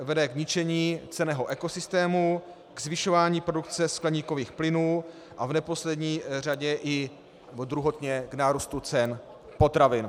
Vede k ničení cenného ekosystému, k zvyšování produkce skleníkových plynů a v neposlední řadě i druhotně k nárůstu cen potravin.